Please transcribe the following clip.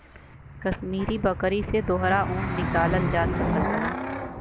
कसमीरी बकरी से दोहरा ऊन निकालल जा सकल जाला